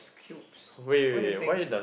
cubes what do you think